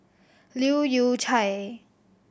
Leu Yew Chye